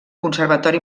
conservatori